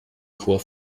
chor